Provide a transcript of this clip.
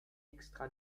extra